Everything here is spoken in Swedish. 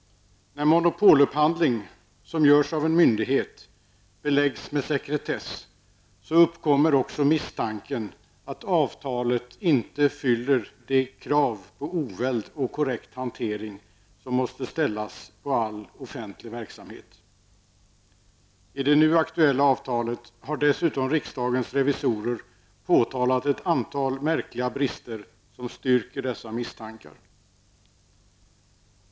När monopolupphandling som görs av en myndighet beläggs med sekretess, uppkommer också misstanken att avtalet inte uppfyller de krav på oväld och korrekt hantering som måste ställas på all offentlig verksamhet. I det nu aktuella avtalet har dessutom riksdagens revisorer påtalat ett antal märkliga brister som styrker dessa misstankar.